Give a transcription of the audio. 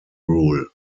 rule